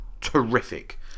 terrific